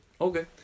Okay